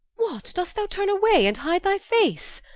what, dost thou turne away, and hide thy face?